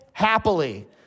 Happily